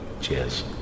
Cheers